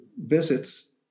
visits